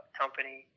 company